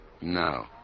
No